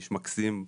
איש מקסים.